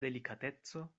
delikateco